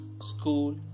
school